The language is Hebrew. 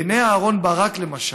בעיני אהרן ברק, למשל,